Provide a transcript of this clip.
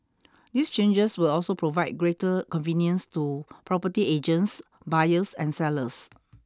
these changes will also provide greater convenience to property agents buyers and sellers